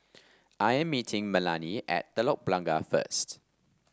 I am meeting Melanie at Telok Blangah first